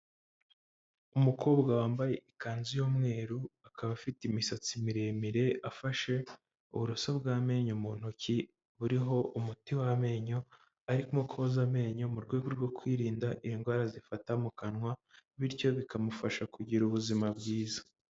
Umukobwa wambaye ikanzu y'umweru, akaba afite imisatsi miremire, afashe uburoso bw'amenyo mu ntoki buriho umuti w'amenyo, arimo koza amenyo mu rwego rwo kwirinda indwara zifata mu kanwa bityo bikamufasha kugira ubuzima bwiza.